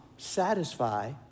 satisfy